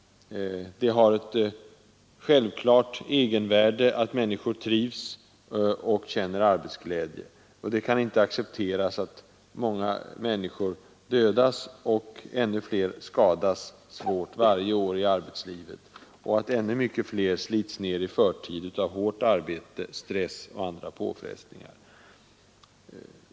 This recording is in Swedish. Det har ett självklart egenvärde att människor trivs och känner arbetsglädje, och det kan inte accepteras att många människor dödas och ännu flera skadas varje år i arbetslivet och att ännu många fler slits ner i förtid av hårt arbete, stress och andra påfrestningar.